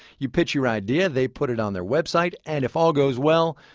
you pitch your idea, they put it on their website, and if all goes well,